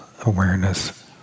awareness